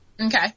Okay